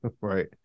Right